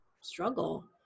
struggle